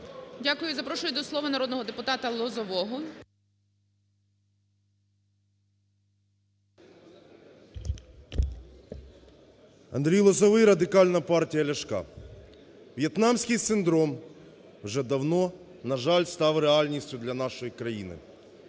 Дякую. Запрошую до слова народного депутата Лозового. 10:31:58 ЛОЗОВОЙ А.С. Андрій Лозовий, Радикальна партія Ляшка. "В'єтнамський синдром" вже давно, на жаль, став реальністю для нашої країни.